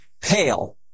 pale